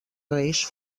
reis